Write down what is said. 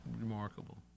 remarkable